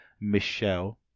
Michelle